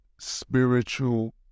Spiritual